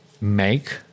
make